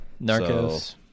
Narcos